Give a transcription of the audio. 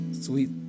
sweet